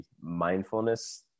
mindfulness